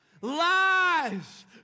lies